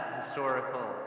historical